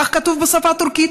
כך כתוב בשפה הטורקית.